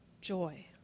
joy